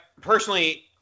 personally